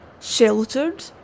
sheltered